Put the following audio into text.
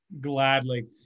Gladly